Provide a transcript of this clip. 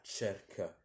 cerca